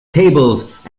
tables